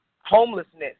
homelessness